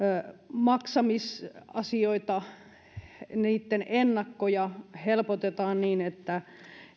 maksamisasioissa ennakkoja helpotetaan niin että